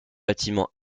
bâtiments